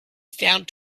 found